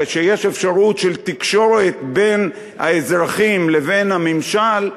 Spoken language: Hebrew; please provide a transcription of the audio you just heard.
כשיש אפשרות של תקשורת בין האזרחים לבין הממשל,